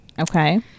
Okay